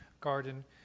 Garden